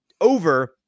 Over